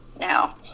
now